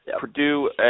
Purdue